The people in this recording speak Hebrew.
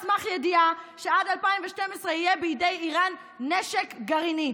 על סמך ידיעה שעד 2012 יהיה בידי איראן נשק גרעיני,